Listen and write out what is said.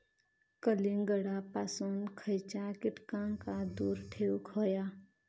कलिंगडापासून खयच्या कीटकांका दूर ठेवूक व्हया?